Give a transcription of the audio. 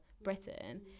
Britain